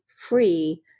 free